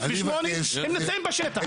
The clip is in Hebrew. שנת 1948. הם נמצאים בשטח.